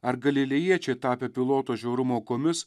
ar galilėjiečiai tapę piloto žiaurumo aukomis